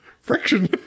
friction